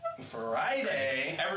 Friday